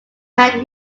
had